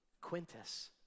Quintus